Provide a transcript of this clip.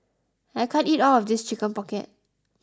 I can't eat all of this Chicken Pocket